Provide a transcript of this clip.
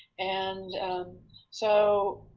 and so